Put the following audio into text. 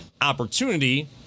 opportunity